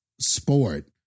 sport